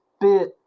bit